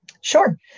Sure